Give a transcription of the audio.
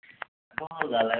तव्हां ॻाल्हायो